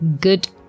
good